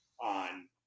on